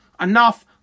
Enough